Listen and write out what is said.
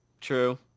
True